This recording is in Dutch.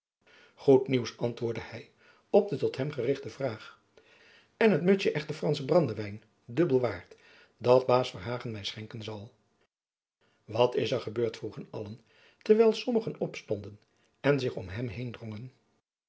goed nieuws antwoordde hy op de tot hem gerichte vraag en het mutsjen echten franschen brandewijn dubbel waard dat baas verhagen my schenken zal wat is er gebeurd vroegen allen terwijl sommigen opstonden en zich om hem heen drongen